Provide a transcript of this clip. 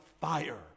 fire